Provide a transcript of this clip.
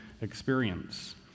experience